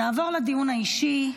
נעבור לדיון האישי.